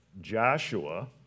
Joshua